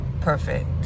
perfect